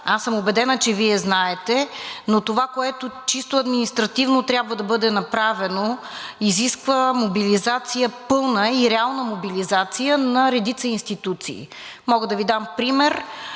аз съм убедена, че Вие знаете, но това, което чисто административно трябва да бъде направено, изисква мобилизация – пълна и реална мобилизация, на редица институции. Мога да Ви дам пример.